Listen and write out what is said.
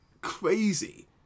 crazy